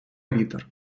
вітер